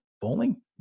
bowling